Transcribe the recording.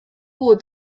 过渡